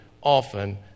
often